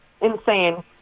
insane